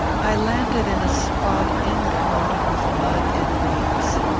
i landed in a spot incommoded with mud and reeds.